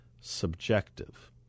subjective